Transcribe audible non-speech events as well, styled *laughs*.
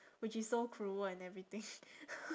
which is so cruel and everything *laughs*